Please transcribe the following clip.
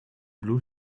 blue